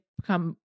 become